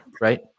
right